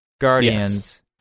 Guardians